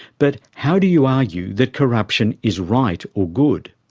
but how do you argue that corruption is right or good?